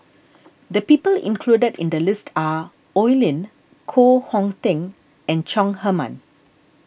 the people included in the list are Oi Lin Koh Hong Teng and Chong Heman